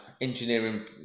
Engineering